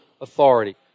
authority